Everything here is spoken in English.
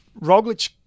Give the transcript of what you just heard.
Roglic